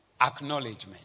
Acknowledgement